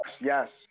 yes